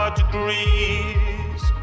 degrees